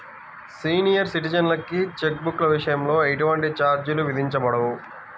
senior సిటిజన్లకి check బుక్ల విషయంలో ఎటువంటి ఛార్జీలు విధించబడవు